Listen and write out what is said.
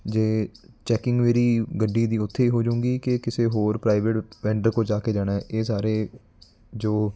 ਜੇ ਚੈਕਿੰਗ ਮੇਰੀ ਗੱਡੀ ਦੀ ਉੱਥੇ ਹੋਜੂਗੀ ਕਿ ਕਿਸੇ ਹੋਰ ਪ੍ਰਾਈਵੇਟ ਵੈਂਡਰ ਕੋਲ ਜਾ ਕੇ ਜਾਣਾ ਇਹ ਸਾਰੇ ਜੋ